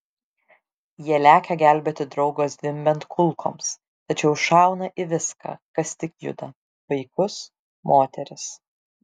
jie lekia gelbėti draugo zvimbiant kulkoms tačiau šauna į viską kas tik juda vaikus moteris